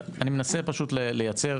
אני מנסה פשוט לייצר